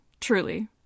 truly